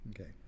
Okay